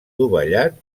dovellat